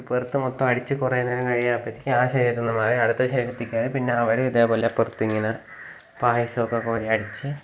പുറത്ത് മൊത്തം അടിച്ച് കുറേ നേരം കഴിയുമ്പോഴത്തേക്ക് ആ ശരീരത്തിൽനിന്ന് മാറി അടുത്ത ശരീരത്തേക്ക് കയറി പിന്നെയവർ ഇതേപോലെ പുറത്തിങ്ങനെ പായസ്സമൊക്കെ കോരി അടിച്ച്